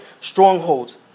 strongholds